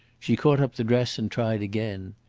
she caught up the dress and tried again.